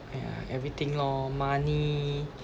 yeah everything lor money